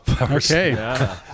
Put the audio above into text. okay